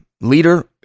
leader